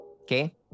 Okay